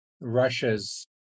Russia's